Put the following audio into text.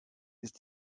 ist